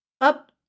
up